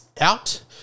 out